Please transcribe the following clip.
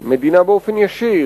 המדינה באופן ישיר,